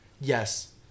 Yes